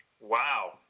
Wow